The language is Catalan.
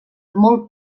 molt